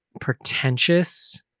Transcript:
pretentious